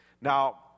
Now